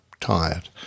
tired